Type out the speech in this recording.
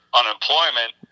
unemployment